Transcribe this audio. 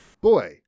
Boy